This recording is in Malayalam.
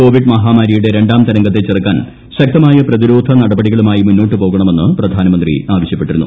കോവിഡ് മഹാമാരിയുടെ രണ്ടാം തരംഗത്തെ ചെറുക്കാൻ ശക്തമായ പ്രതിരോധ നടപടികളുമായി മുന്നോട്ട് പോകണമെന്ന് പ്രധാനമന്ത്രി ആവശ്യപ്പെട്ടിരുന്നു